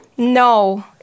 No